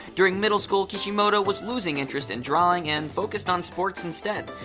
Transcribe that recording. during middle school, kishimoto was losing interest in drawing and focused on sports instead.